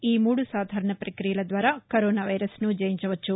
ఈ మూడు సాధారణ ప్రక్రియల ద్వారా కరోనా వైరస్ను జయించవచ్చు